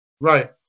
Right